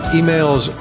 emails